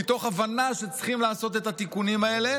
מתוך הבנה שצריך לעשות את התיקונים האלה,